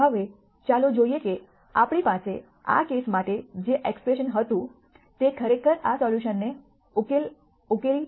હવે ચાલો જોઈએ કે આપણી પાસે આ કેસ માટે જે એક્સપ્રેશન હતું તે ખરેખર આ સોલ્યુશનને ઉકેલી આપે છે